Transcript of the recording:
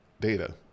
data